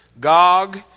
Gog